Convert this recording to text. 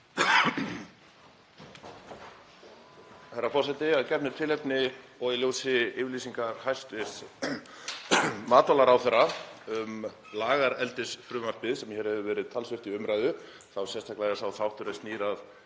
forseti. Að gefnu tilefni og í ljósi yfirlýsingar hæstv. matvælaráðherra um lagareldisfrumvarpið sem hér hefur verið talsvert til umræðu, þá sérstaklega sá þáttur er snýr að